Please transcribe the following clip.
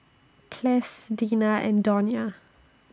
Ples Deena and Donia